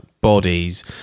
bodies